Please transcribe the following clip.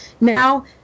now